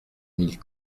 mille